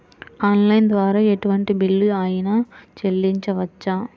Online ద్వారా ఎటువంటి bill అయినా చెల్లించవచ్చా?